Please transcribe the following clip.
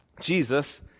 Jesus